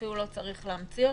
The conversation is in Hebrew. אפילו לא צריך להמציא אותו,